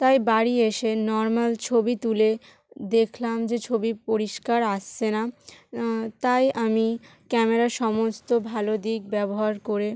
তাই বাড়ি এসে নরমাল ছবি তুলে দেখলাম যে ছবি পরিষ্কার আসছে না তাই আমি ক্যামেরার সমস্ত ভালো দিক ব্যবহার করে